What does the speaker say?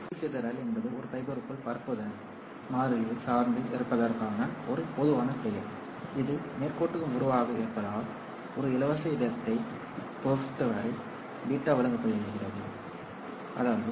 ஒளிச்சிதறல் என்பது ஒரு ஃபைபருக்குள் பரப்புதல் மாறிலியைச் சார்ந்து இருப்பதற்கான ஒரு பொதுவான பெயர் இது ஒரு நேர்கோட்டு உறவாக இருந்தால் ஒரு இலவச இடத்தைப் பொறுத்தவரை β வழங்கப்படுகிறது ω√με